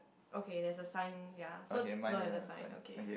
okay there is a sign ya so don't have the sign okay